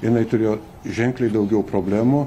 jinai turėjo ženkliai daugiau problemų